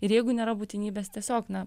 ir jeigu nėra būtinybės tiesiog na